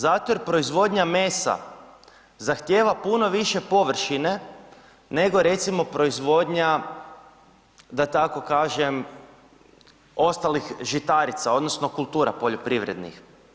Zato jer proizvodnja mesa zahtijeva puno više površine nego recimo proizvodnja da tako kažem ostalih žitarica odnosno kultura poljoprivrednih.